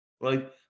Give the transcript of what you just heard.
right